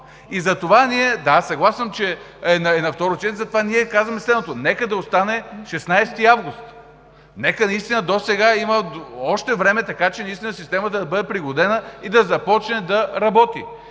реформа. Да, съгласен съм, че е на второ четене и затова ние казваме следното: нека да остане 16 август. Наистина има още време, така че наистина системата да бъде пригодена и да започне да работи.